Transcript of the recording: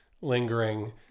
lingering